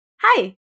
Hi